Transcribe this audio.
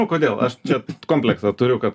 o kodėl aš čia komplektą turiu kad